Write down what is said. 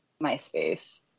MySpace